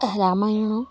ତାହା ରାମାୟଣ